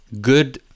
good